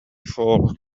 fall